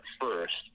first